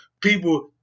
people